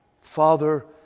Father